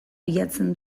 bilatzen